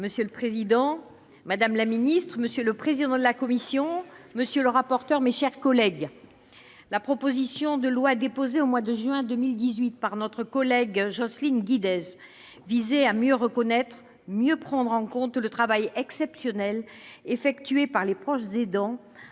Monsieur le président, madame la secrétaire d'État, monsieur le président de la commission, monsieur le rapporteur, mes chers collègues, la proposition de loi déposée au mois de juin 2018 par notre collègue Jocelyne Guidez visait à mieux reconnaître et mieux prendre en compte le travail exceptionnel effectué par les proches aidants,